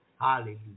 Hallelujah